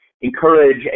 encourage